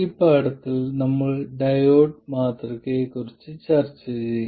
ഈ പാഠത്തിൽ നമ്മൾ ഡയോഡ് മാതൃകയെക്കുറിച്ച് ചർച്ച ചെയ്യും